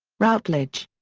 routledge.